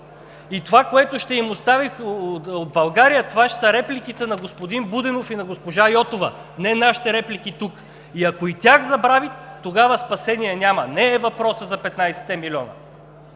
И това, което ще им остане от България ще са репликите на господин Будинов и на госпожа Йотова, не нашите реплики тук. И ако и тях забрави – тогава спасение няма. Не е въпросът за 15-те милиона.